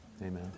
Amen